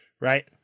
right